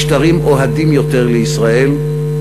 משטרים אוהדים יותר לישראל.